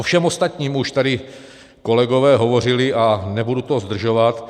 O všem ostatním už tady kolegové hovořili a nebudu to zdržovat.